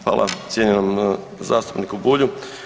Hvala cijenjenom zastupniku Bulju.